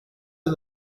are